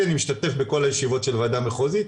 אני משתתף בכל ישיבות של ועדה מחוזית,